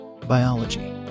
Biology